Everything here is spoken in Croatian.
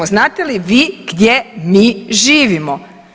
Znate li vi gdje mi živimo?